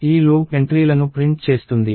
ఈ లూప్ ఎంట్రీలను ప్రింట్ చేస్తుంది